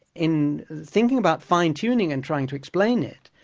in thinking about fine-tuning and trying to explain it,